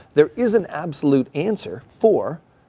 there is an absolute answer, four,